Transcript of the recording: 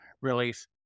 release